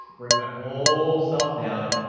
bring that whole self down,